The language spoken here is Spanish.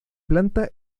planta